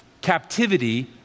captivity